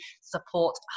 support